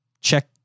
check